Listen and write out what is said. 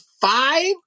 five